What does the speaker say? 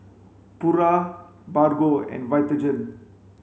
Pura Bargo and Vitagen